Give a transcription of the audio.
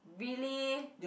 really